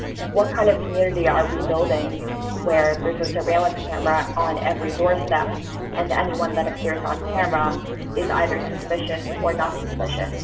what kind of community are we building where there's a surveillance and camera on every doorstep and anyone that but appears on camera is either suspicious or not suspicious?